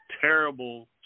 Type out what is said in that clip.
terrible